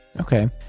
okay